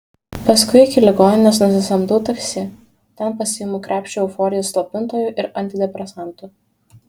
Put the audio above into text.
paskui iki ligoninės nusisamdau taksi ten pasiimu krepšį euforijos slopintojų ir antidepresantų